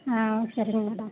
ஆ சரிங்க மேடம்